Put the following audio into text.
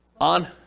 On